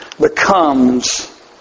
becomes